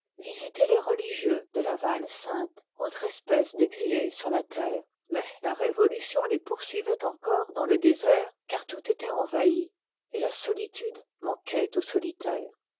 visiter les religieux de la val sainte autre espèce d'exilés sur la terre mais la révolution les poursuivoit encore dans le désert car tout étoit envahi et la solitude manquoit au solitaire